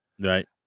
Right